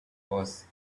was